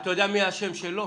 אתה יודע מי אשם שלא?